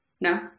No